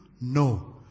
no